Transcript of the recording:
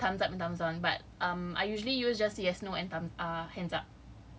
err thumbs up thumbs down but I usually use yes no and thumbs ah hands up